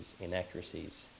inaccuracies